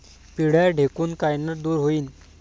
पिढ्या ढेकूण कायनं दूर होईन?